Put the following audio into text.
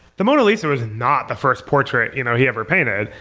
the mona lisa was not the first portrait you know he ever painted.